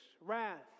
wrath